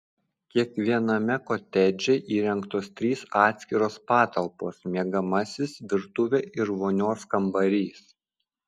kiekviename kotedže įrengtos trys atskiros patalpos miegamasis virtuvė ir vonios kambarys